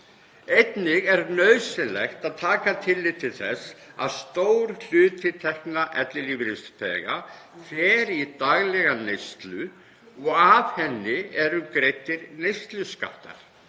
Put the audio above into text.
Einnig er nauðsynlegt að taka tillit til þess að stór hluti tekna ellilífeyrisþega fer í daglega neyslu og af henni eru greiddir neysluskattar